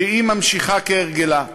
שהיא ממשיכה כהרגלה,